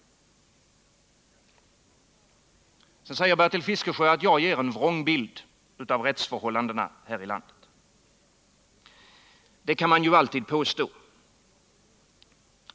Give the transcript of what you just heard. Sedan säger Bertil Fiskesjö att jag ger en vrångbild av rättsförhållandena här i landet. Det kan man ju alltid påstå.